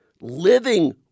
living